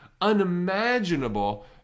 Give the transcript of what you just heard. unimaginable